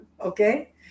okay